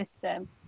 system